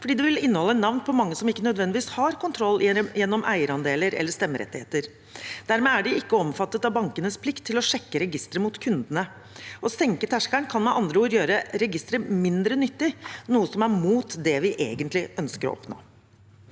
det vil inneholde navn på mange som ikke nødvendigvis har kontroll gjennom eierandeler eller stemmerettigheter. Dermed er de ikke omfattet av bankenes plikt til å sjekke registeret mot kundene. Å senke terskelen kan med andre ord gjøre registeret mindre nyttig, noe som er mot det vi egentlig ønsker å oppnå.